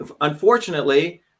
unfortunately